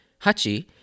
Hachi